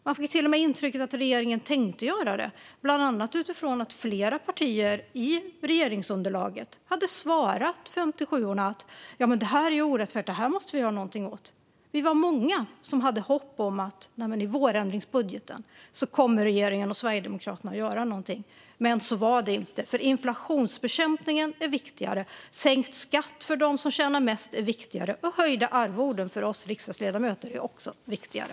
Jag fick till och med intrycket att regeringen tänkte göra det, bland annat utifrån att flera partier i regeringsunderlaget hade svarat 57:orna att detta var orättfärdigt och att det måste göras någonting åt det. Vi var många som hade hopp om att regeringen och Sverigedemokraterna skulle göra någonting i vårändringsbudgeten, men så blev det inte. Inflationsbekämpningen är viktigare. Sänkt skatt för dem som tjänar mest är viktigare. Höjda arvoden för riksdagsledamöter är också viktigare.